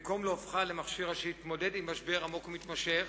במקום להופכה למכשיר להתמודדות עם משבר עמוק ומתמשך,